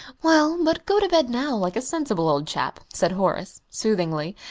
well, but go to bed now, like a sensible old chap, said horace, soothingly,